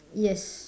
yes